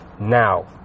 now